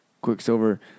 Quicksilver